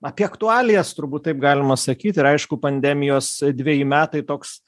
apie aktualijas turbūt taip galima sakyti ir aišku pandemijos dveji metai toks